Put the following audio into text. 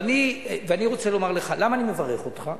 ואני רוצה לומר לך, למה אני מברך אותך?